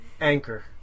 anchor